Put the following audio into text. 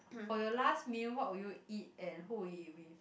for your last meal what would you eat and who would you eat with